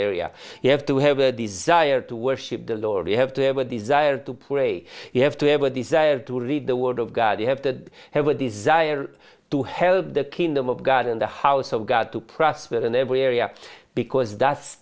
area you have to have a desire to worship the lord you have to have a desire to pray you have to have a desire to read the word of god you have to have a desire to help the kingdom of god in the house of god to process that in every area because that's